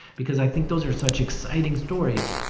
because i think those are such exciting stories.